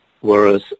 whereas